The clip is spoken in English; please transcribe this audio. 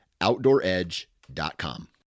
OutdoorEdge.com